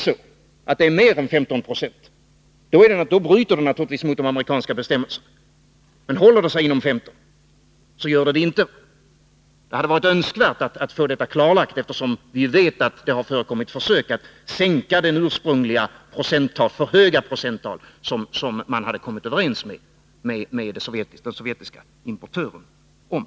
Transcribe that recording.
Utgör den mer än 15 96 bryter man naturligtvis mot de amerikanska bestämmelserna, men håller den sig inom 15 96 gör man det inte. Det hade varit önskvärt att få detta klarlagt, eftersom vi vet att det har förekommit försök att sänka det ursprungliga, för höga procenttal som man hade kommit överens med den Datasaab-Tercassovjetiske leverantören om.